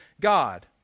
God